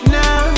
now